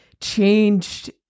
changed